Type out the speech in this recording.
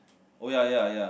oh ya ya ya